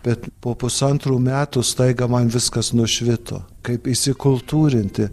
bet po pusantrų metų staiga man viskas nušvito kaip įsikultūrinti